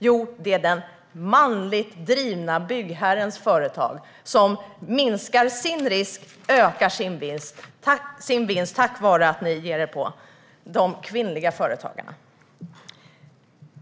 Jo, det är till den manligt drivna byggherrens företag som minskar sin risk och ökar sin vinst på grund av att ni ger er på de kvinnliga företagarna.